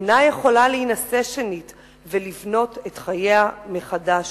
אינה יכולה להינשא שנית ולבנות את חייה מחדש,